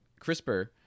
CRISPR